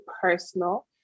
personal